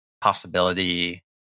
possibility